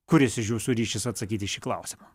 kuris iš jūsų ryšis atsakyti į šį klausimą